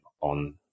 on